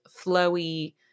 flowy